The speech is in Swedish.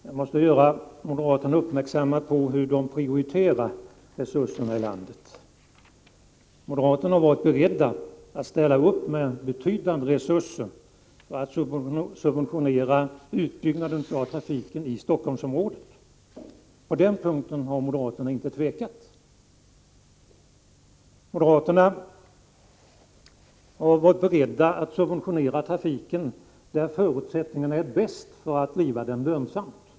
Herr talman! Jag måste göra moderaterna uppmärksamma på hur de prioriterar resurserna i landet. Moderaterna har varit beredda att ställa upp med betydande resurser för att subventionera utbyggnaden av trafiken i Stockholmsområdet. På den punkten har man inte tvekat. De har varit beredda att subventionera trafiken där förutsättningarna är bäst för att driva den lönsamt.